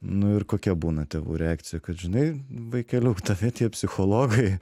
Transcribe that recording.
nu ir kokia būna tėvų reakcija kad žinai vaikeliuk tave tie psichologai